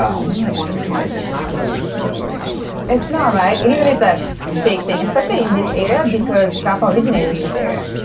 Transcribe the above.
only like once or twice. it's not really a huge thing in america. it's not, right. in italy it's a big thing, especially in this area because grappa originated in this area.